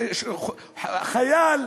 חייל,